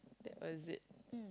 that was it mm